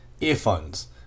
earphones